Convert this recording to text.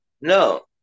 No